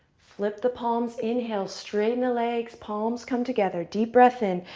flip the palms. inhale. straighten the legs. palms come together. deep breath in.